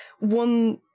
One